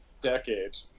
decade